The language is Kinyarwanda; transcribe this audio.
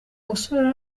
musore